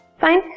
Fine